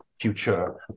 future